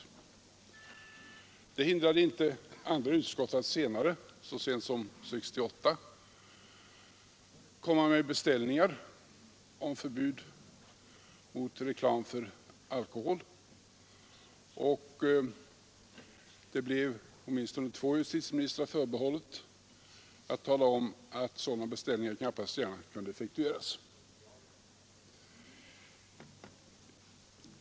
Detta hindrade inte andra utskott att senare, så sent som 1968, komma med beställningar om förbud mot reklam för alkohol, och det blev åtminstone två justitieministrar förbehållet att tala om, att sådana beställningar inte gärna kunde effektueras.